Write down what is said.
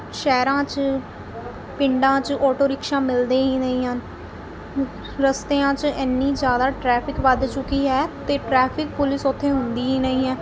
ਸ਼ਹਿਰਾਂ 'ਚ ਪਿੰਡਾਂ 'ਚ ਓਟੋ ਰਿਕਸ਼ਾ ਮਿਲਦੇ ਹੀ ਨਹੀਂ ਹਨ ਅ ਰਸਤਿਆਂ 'ਚ ਐਨੀ ਜ਼ਿਆਦਾ ਟ੍ਰੈਫਿਕ ਵੱਧ ਚੁੱਕੀ ਹੈ ਅਤੇ ਟ੍ਰੈਫਿਕ ਪੁਲਿਸ ਉੱਥੇ ਹੁੰਦੀ ਹੀ ਨਹੀਂ ਹੈ